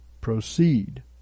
proceed